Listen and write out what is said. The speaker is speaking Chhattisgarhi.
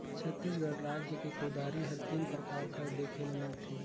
छत्तीसगढ़ राएज मे कुदारी हर तीन परकार कर देखे ले मिलथे